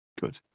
Good